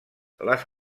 les